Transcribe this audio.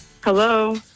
Hello